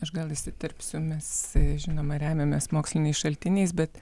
aš gal įsiterpsiu mes žinoma remiamės moksliniais šaltiniais bet